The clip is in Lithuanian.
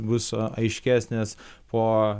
bus aiškesnės po